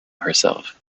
herself